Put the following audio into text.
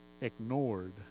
ignored